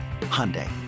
Hyundai